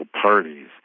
parties